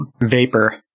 Vapor